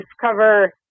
discover